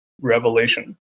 revelation